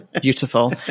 Beautiful